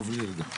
חברי הכנסת